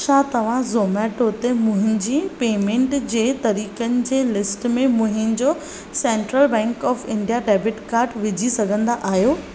छा तव्हां ज़ोमैटो ते मुंहिंजी पेमेंट जे तरीक़न जे लिस्ट में मुंहिंजो central bank of India debit कार्डु विझी सघंदा आहियो